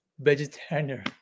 vegetarian